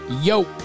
Yo